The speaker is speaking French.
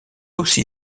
aussi